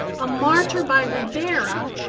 a martyr by ribera,